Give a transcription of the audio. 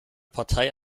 partei